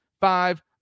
five